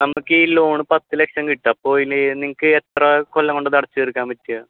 നമുക്ക് ഈ ലോൺ പത്ത് ലക്ഷം കിട്ടും അപ്പോൾ ഇല്ലേ നിങ്ങൾക്ക് എത്ര കൊല്ലം കൊണ്ടിത് അടച്ച് തീർക്കാൻ പറ്റുക